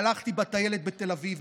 הלכתי בטיילת בתל אביב,